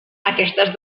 aquestes